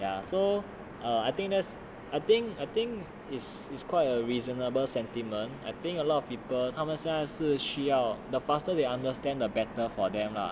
ya so err I think that's I think I think is is quite a reasonable sentiment I think a lot of people 他们现在是需要 the faster they understand the better for them lah